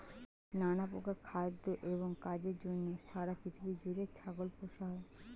নানা প্রকার খাদ্য এবং কাজের জন্য সারা পৃথিবী জুড়ে ছাগল পোষা হয়